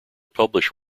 published